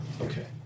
Okay